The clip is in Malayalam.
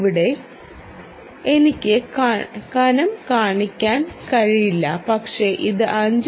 ഇവിടെ എനിക്ക് കനം കാണിക്കാൻ കഴിയില്ല പക്ഷേ ഇത് 5